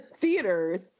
theaters